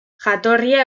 jatorria